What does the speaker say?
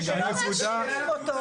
לא מאשימים אותו.